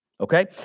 okay